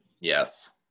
Yes